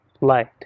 light